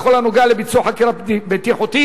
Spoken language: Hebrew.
בכל הנוגע לביצוע חקירה בטיחותית,